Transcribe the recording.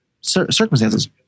circumstances